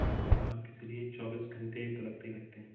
लगभग मान के चलिए चौबीस घंटे तो लगते ही लगते हैं